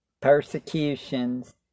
persecutions